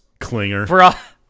Clinger